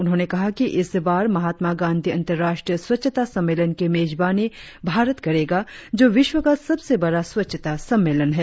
उन्होंने कहा कि इस बार महात्मा गांधी अंतराष्ट्रीय स्वच्छता सम्मेलन की मेजबानी भारत करेगा जो विश्व का सबसे बड़ा स्वच्छता सम्मेलन है